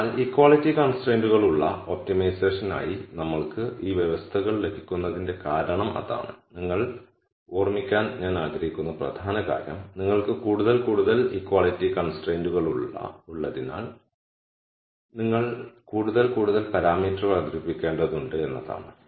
അതിനാൽ ഇക്വാളിറ്റി കൺസ്ട്രൈന്റുകളുള്ള ഒപ്റ്റിമൈസേഷനായി നമ്മൾക്ക് ഈ വ്യവസ്ഥകൾ ലഭിക്കുന്നതിന്റെ കാരണം അതാണ് നിങ്ങൾ ഓർമ്മിക്കാൻ ഞാൻ ആഗ്രഹിക്കുന്ന പ്രധാന കാര്യം നിങ്ങൾക്ക് കൂടുതൽ കൂടുതൽ ഇക്വാളിറ്റി കൺസ്ട്രൈന്റുകളുള്ള ഉള്ളതിനാൽ നിങ്ങൾ കൂടുതൽ കൂടുതൽ പാരാമീറ്ററുകൾ അവതരിപ്പിക്കേണ്ടതുണ്ട് എന്നതാണ്